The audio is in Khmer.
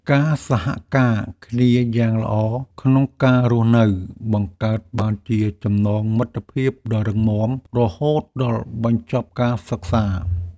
ការសហការគ្នាយ៉ាងល្អក្នុងការរស់នៅបង្កើតបានជាចំណងមិត្តភាពដ៏រឹងមាំរហូតដល់បញ្ចប់ការសិក្សា។